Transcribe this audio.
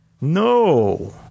No